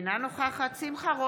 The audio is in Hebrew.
עוד מעט יהיה לך עוד סיבוב.